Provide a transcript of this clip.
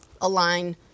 align